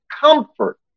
comfort